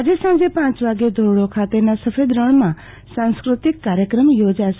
આજે સાંજે પાંચ વાગ્યે ધોરડો ખાતેના સફેદ રણમાં સાંસ્કૃતિક કાર્યક્રમ યોજાશે